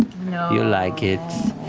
you'll like it.